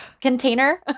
container